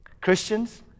Christians